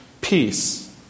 peace